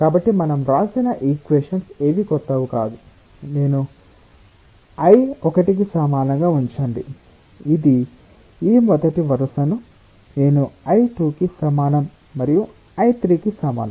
కాబట్టి మనం వ్రాసిన ఈక్వేషన్స్ ఏవీ క్రొత్తవి కావు నేను i 1 కి సమానంగా ఉంచండి ఇది ఈ మొదటి వరుసకు నేను i 2 కి సమానం మరియు నేను i 3 కి సమానం